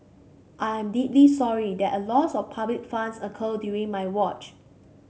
I am deeply sorry that a loss of public funds occurred during my watch